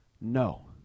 No